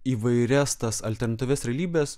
įvairias tas alternatyvias realybes